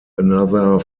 another